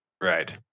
Right